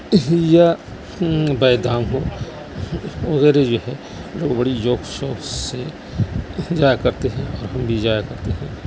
یا بید دھام ہو وغیرہ جو ہے لوگ بڑی ذوق شوق سے جایا کرتے ہیں ہم بھی جایا کرتے ہیں